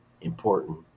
important